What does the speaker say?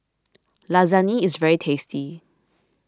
Lasagne is very tasty